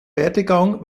werdegang